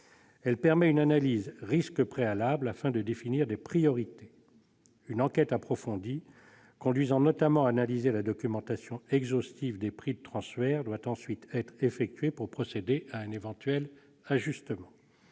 Elle permet une analyse de risque préalable, afin de définir des priorités. Une enquête approfondie, conduisant notamment à analyser la documentation exhaustive des prix de transfert, doit ensuite être effectuée pour procéder à un éventuel ajustement.